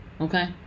okay